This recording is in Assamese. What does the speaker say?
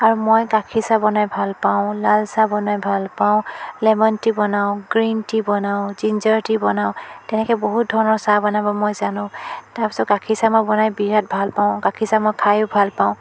আৰু মই গাখীৰ চাহ বনাই ভাল পাওঁ লাল চাহ বনাই ভাল পাওঁ লেমন টি বনাওঁ গ্ৰীণ টি বনাওঁ জিঞ্জাৰ টি বনাওঁ তেনেকৈ বহুত ধৰণৰ চাহ বনাব মই জানো তাৰ পিছত গাখীৰ চাহ মই বনাই বিৰাট ভাল পাওঁ গাখীৰ চাহ মই খায়ো ভাল পাওঁ